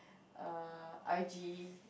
err R_G